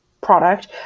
product